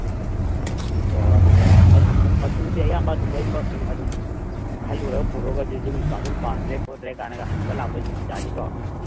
ꯑꯣ ꯍꯣꯏ ꯍꯣꯏ ꯑꯗꯨꯗꯤ ꯃꯆꯨꯗꯤ ꯑꯌꯥꯝꯕ ꯑꯗꯨꯝ ꯂꯣꯏꯅꯃꯛ ꯑꯗꯨꯝ ꯈꯜꯂꯨꯔꯒ ꯄꯨꯔꯛꯑꯒ ꯌꯨꯝꯒꯤ ꯀꯥꯡꯕꯨꯅ ꯄꯥꯝꯗ꯭ꯔꯦ ꯈꯣꯠꯇ꯭ꯔꯦ ꯀꯥꯏꯅꯒ ꯍꯟꯕ ꯌꯥꯅꯤꯀꯣ